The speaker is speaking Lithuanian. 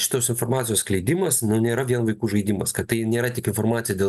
šitos informacijos skleidimas nėra vien vaikų žaidimas kad tai nėra tik informacija dėl